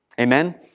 Amen